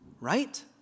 right